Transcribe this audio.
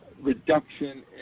reduction